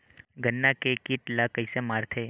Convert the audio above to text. गन्ना के कीट ला कइसे मारथे?